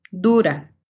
Dura